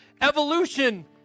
Evolution